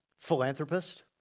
Philanthropist